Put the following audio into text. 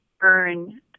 earn